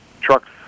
trucks